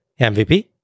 MVP